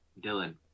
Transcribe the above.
Dylan